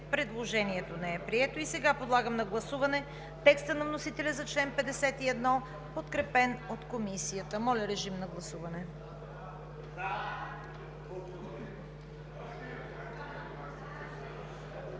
Предложението не е прието. Сега подлагам на гласуване текста на вносителя за чл. 51, подкрепен от Комисията. Гласували